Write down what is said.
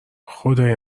خدای